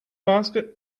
basket